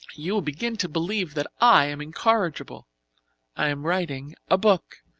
you will begin to believe that i am incorrigible i am writing a book.